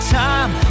time